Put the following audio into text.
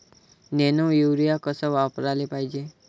Nano urea कस वापराले पायजे?